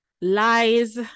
Lies